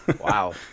Wow